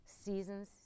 Seasons